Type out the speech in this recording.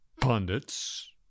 pundits